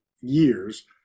years